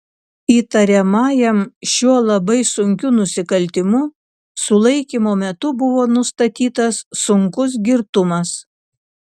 įtariamajam šiuo labai sunkiu nusikaltimu sulaikymo metu buvo nustatytas sunkus girtumas